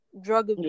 drug